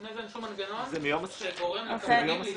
לפני זה אין שום מנגנון שגורם לקבלנים להזדרז.